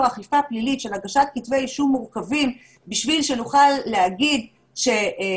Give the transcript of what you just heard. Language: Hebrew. אכיפה פלילית של הגשת כתבי אישום מורכבים בשביל שנוכל להגיד שהנה,